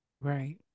Right